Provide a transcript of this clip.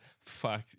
fuck